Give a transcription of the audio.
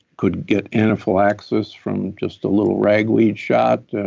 could get anaphylaxis from just a little ragweed shot.